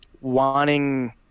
wanting